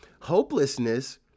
hopelessness